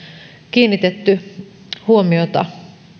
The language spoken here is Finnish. kiinnitetty huomiota